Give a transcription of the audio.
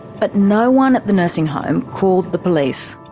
but no one at the nursing home called the police.